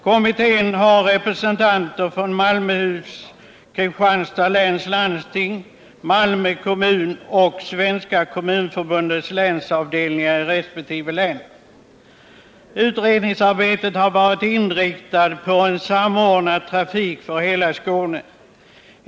Kommittén har representanter för Malmöhus och Kristianstads läns landsting, Malmö kommun och Svenska kommunförbundets länsavdelningar i resp. län. Utredningsarbetet har varit inriktat på att åstadkomma samordnad trafik för hela Skåne.